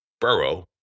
Burrow